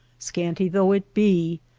scanty though it be,